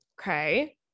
Okay